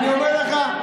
אני אומר לך,